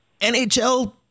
NHL